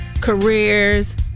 careers